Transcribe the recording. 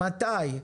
מתי?